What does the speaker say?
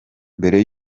mbere